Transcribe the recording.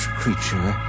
creature